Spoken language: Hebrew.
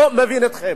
לא מבין אתכם.